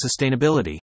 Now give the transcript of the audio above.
sustainability